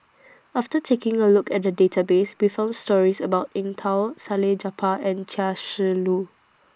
after taking A Look At The Database We found stories about Eng Tow Salleh Japar and Chia Shi Lu